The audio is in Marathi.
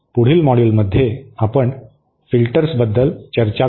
पुढील मॉड्यूलमध्ये आपण फिल्टर्सबद्दल चर्चा करू